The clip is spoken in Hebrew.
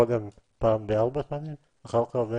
קודם, פעם בארבע שנים, אחר כך זה